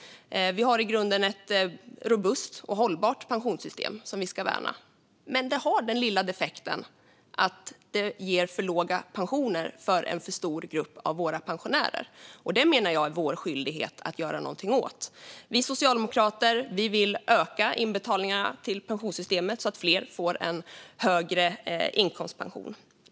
Vi har i grunden ett robust och hållbart pensionssystem som vi ska värna. Men det har den lilla defekten att det ger en för stor grupp av våra pensionärer för låga pensioner. Jag menar att det är vår skyldighet att göra någonting åt det. Vi socialdemokrater vill öka inbetalningarna till pensionssystemet så att fler får en högre inkomstpension.